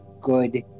good